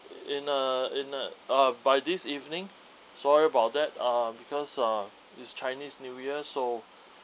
in uh in uh uh by this evening sorry about that um because uh it's chinese new year so